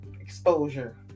exposure